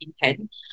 intent